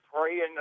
praying